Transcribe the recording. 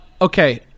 Okay